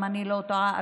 אם אני לא טועה,